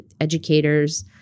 educators